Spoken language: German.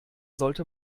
sollte